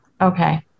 Okay